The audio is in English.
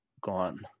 gone